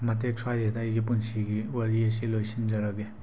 ꯃꯇꯦꯛ ꯁ꯭ꯋꯥꯏꯁꯤꯗ ꯑꯩꯒꯤ ꯄꯨꯟꯁꯤꯒꯤ ꯋꯥꯔꯤ ꯑꯁꯤ ꯂꯣꯏꯁꯤꯟꯖꯔꯒꯦ